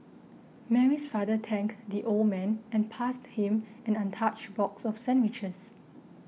Mary's father thanked the old man and passed him an untouched box of sandwiches